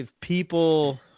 people